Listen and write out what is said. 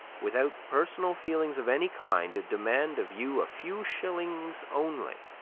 without personal feelings of any kind, demand of you a few shillings only,